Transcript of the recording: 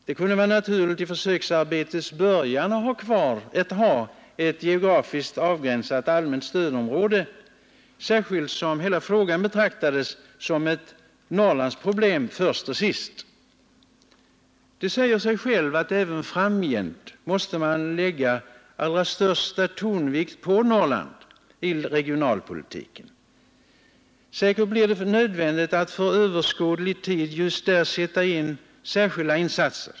Det kunde vara naturligt i försöksarbetets början att ha ett geografiskt avgränsat allmänt stödområde, särskilt därför att hela frågan betraktades som ett Norrlandsproblem först och sist. Det säger sig självt att man även framgent måste lägga allra största tonvikt på Norrland i regionalpolitiken. Säkert blir det nödvändigt att för överskådlig tid just där sätta in särskilda insatser.